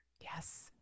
yes